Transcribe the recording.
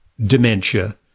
dementia